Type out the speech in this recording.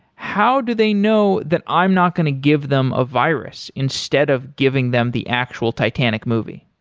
how do they know that i'm not going to give them a virus instead of giving them the actual titanic movie?